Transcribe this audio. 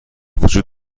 وجود